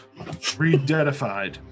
Rededified